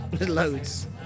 loads